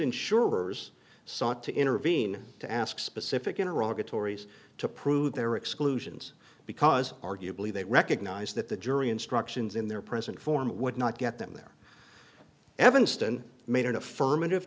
insurers sought to intervene to ask specific in iraq a tories to prove their exclusions because arguably they recognise that the jury instructions in their present form would not get them there evanston made an affirmative